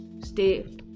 stay